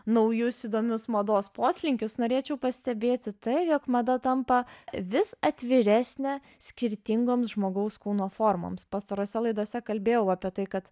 naujus įdomius mados poslinkius norėčiau pastebėti tai jog mada tampa vis atviresnė skirtingoms žmogaus kūno formoms pastarose laidose kalbėjau apie tai kad